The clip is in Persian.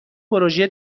پروژه